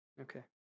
Okay